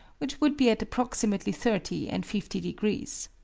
which would be at approximately thirty and fifty degrees.